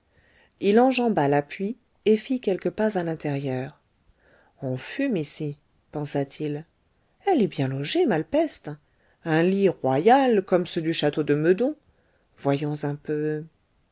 il enjamba l'appui et fit quelques pas à l'intérieur on fume ici pensa-t-il elle est bien logée malepeste un lit royal comme ceux du château de meudon voyons un peu